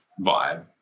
vibe